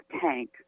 tank